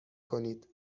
کنید